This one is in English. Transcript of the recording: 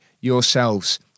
yourselves